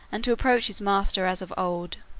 and to approach his master as of old.